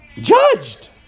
Judged